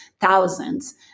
thousands